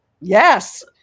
Yes